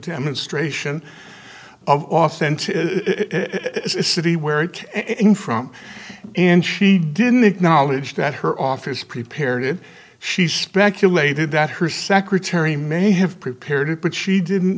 demonstration of authentic city where to and from and she didn't acknowledge that her office prepared it she speculated that her secretary may have prepared it but she didn't